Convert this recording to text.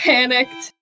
Panicked